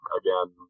again